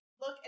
look